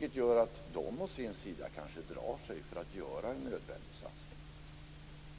Det gör kanske att de å sin sida drar sig för att göra en nödvändig satsning,